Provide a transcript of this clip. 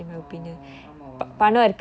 oh ஆமாவா:aamaavaa